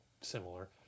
similar